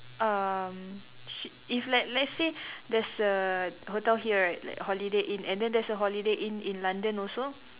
um she if like let's say there's a hotel here right like holiday inn and there's a holiday inn in London also